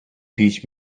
teach